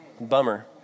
Bummer